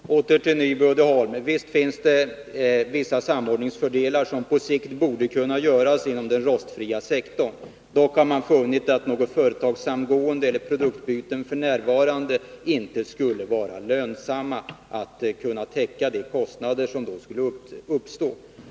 Herr talman! Åter till Nyby Uddeholm: Visst finns det vissa samordningsfördelar, som på sikt borde kunna genomföras inom den rostfria sektorn. Man har dock funnit att något samgående eller några produktbyten f. n. inte skulle vara lönsamma för att täcka de kostnader som skulle uppstå.